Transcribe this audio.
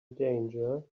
danger